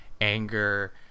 anger